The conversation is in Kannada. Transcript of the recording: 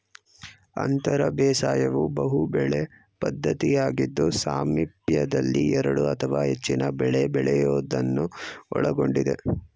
ಅಂತರ ಬೇಸಾಯವು ಬಹುಬೆಳೆ ಪದ್ಧತಿಯಾಗಿದ್ದು ಸಾಮೀಪ್ಯದಲ್ಲಿ ಎರಡು ಅಥವಾ ಹೆಚ್ಚಿನ ಬೆಳೆ ಬೆಳೆಯೋದನ್ನು ಒಳಗೊಂಡಿದೆ